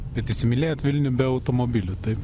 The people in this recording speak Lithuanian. bet įsimylėjot vilnių be automobilių taip